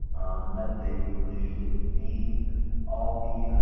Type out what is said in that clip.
and let's say you were interested in seeing all the,